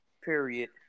period